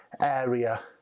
area